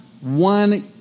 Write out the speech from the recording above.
one